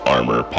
Armor